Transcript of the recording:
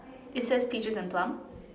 it says peaches and plum